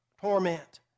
torment